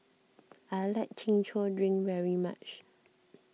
I like Chin Chow Drink very much